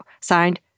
Signed